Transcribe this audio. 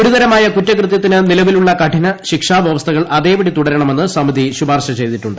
ഗുരുതരമായ കുറ്റകൃത്യത്തിന് നിലവിലുള്ള കഠിനശിക്ഷാ വൃവസ്ഥകൾ അതേപടി തുടരണമെന്ന് സമിതി ശുപാർശ ചെയ്തിട്ടുണ്ട്